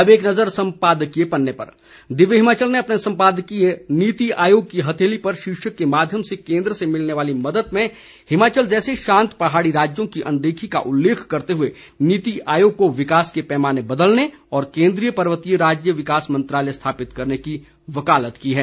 अब एक नज़र संपादकीय पन्ने पर दिव्य हिमाचल ने अपने संपादकीय नीति आयोग की हथेली पर शीर्षक के माध्यम से केंद्र से मिलने वाली मदद में हिमाचल जैसे शांत पहाड़ी राज्यों की अनदेखी का उल्लेख करते हुए नीति आयोग को विकास के पैमाने बदलने और केंद्रीय पर्वतीय राज्य विकास मंत्रालय स्थापित करने की वकालत की है